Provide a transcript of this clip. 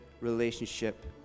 relationship